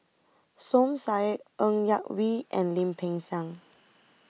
Som Said Ng Yak Whee and Lim Peng Siang